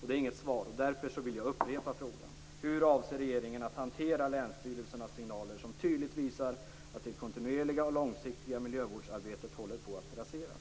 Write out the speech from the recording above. Det är inget svar, och därför vill jag upprepa frågan: Hur avser regeringen att hantera länsstyrelsernas signaler som tydligt visar att det kontinuerliga och långsiktiga miljövårdsarbetet håller på att raseras?